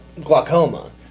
glaucoma